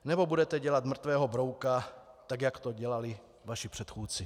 Nebo budete dělat mrtvého brouka, tak jak to dělali vaši předchůdci?